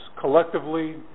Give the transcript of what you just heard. collectively